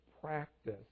practice